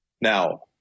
Now